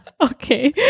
Okay